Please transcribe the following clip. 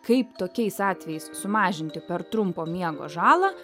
kaip tokiais atvejais sumažinti per trumpo miego žalą